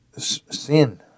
sin